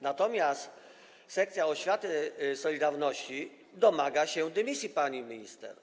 Natomiast sekcja oświaty „Solidarności” domaga się dymisji pani minister.